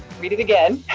read it again.